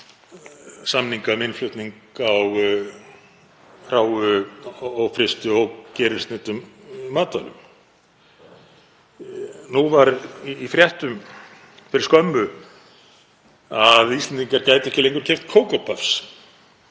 samninga um innflutning á hráum, ófrystum og ógerilsneyddum matvælum. Nú var í fréttum fyrir skömmu að Íslendingar gætu ekki lengur keypt kókópöffs.